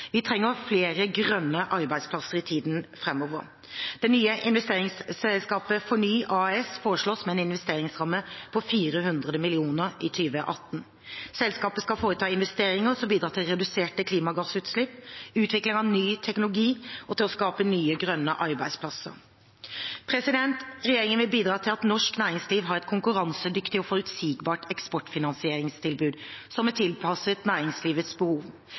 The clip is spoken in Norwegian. Vi trenger flere grønne arbeidsplasser i tiden fremover. Det nye investeringsselskapet Fornybar AS foreslås med en investeringsramme på 400 mill. kr i 2018. Selskapet skal foreta investeringer som bidrar til reduserte klimagassutslipp, til utvikling av ny teknologi og til å skape nye grønne arbeidsplasser. Regjeringen vil bidra til at norsk næringsliv har et konkurransedyktig og forutsigbart eksportfinansieringstilbud som er tilpasset næringslivets behov.